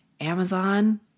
Amazon